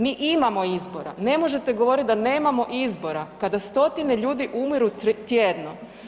Mi imamo izbora, ne možete govorit da nemamo izbora kada stotine ljudi umiru tjedno.